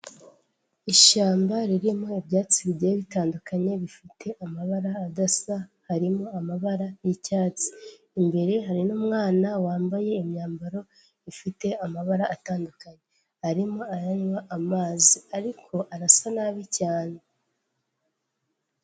Ishyamba ririmo ibyatsi bigiye bitandukanye bifite amabara adasa harimo amabara y'icyatsi, imbere hari n'umwana wambaye imyambaro ifite amabara atandukanye, arimo aranywa amazi ariko arasa nabi cyane.